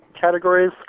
categories